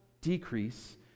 decrease